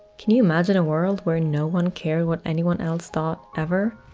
can you imagine a world where no one cared what anyone else thought, ever?